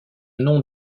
nom